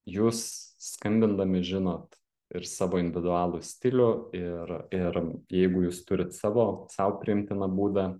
jūs skambindami žinot ir savo individualų stilių ir ir jeigu jūs turit savo sau priimtiną būdą